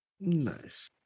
Nice